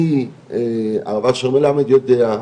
הרב אשר מלמד יודע,